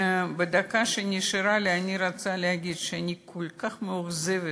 בדקה שנשארה לי אני רוצה להגיד שאני כל כך מאוכזבת